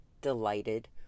delighted